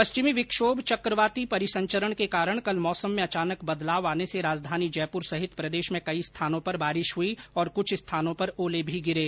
पश्चिमी विक्षोभ चकवाती परिसंचरण के कारण कल मौसम में अचानक बदलाव आने से राजधानी जयपुर सहित प्रदेश में कई स्थानों पर बारिश हुई और कुछ स्थानों पर ओले भी गिरे